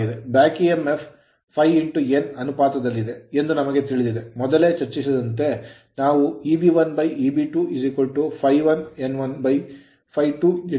Back emf ಹಿಂದೆ EMF ∅ n ಅನುಪಾತದಲ್ಲಿದೆ ಎಂದು ನಮಗೆ ತಿಳಿದಿದೆ ಮೊದಲೇ ಚರ್ಚಿಸಿದಂತೆ ನಾವು Eb1Eb2 ∅1 n1 ∅2 n2 ಬರೆಯಬಹುದು